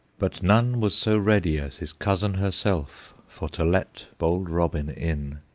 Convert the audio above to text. but none was so ready as his cousin herself for to let bold robin in.